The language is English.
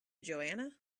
joanna